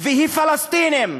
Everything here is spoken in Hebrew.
והיא פלסטינית.